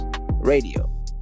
Radio